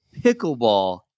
pickleball